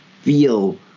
feel